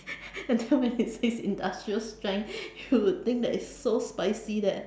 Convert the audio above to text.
and then when it says industrial strength you would think that it's so spicy that